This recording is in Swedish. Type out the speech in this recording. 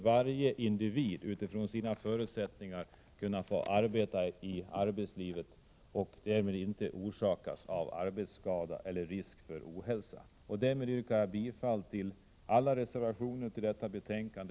Varje individ borde utifrån sina förutsättningar kunna få delta i arbetslivet utan att drabbas av arbetsskada eller risk för ohälsa. Jag yrkar med detta bifall till alla av mig underskrivna reservationer vid detta betänkande.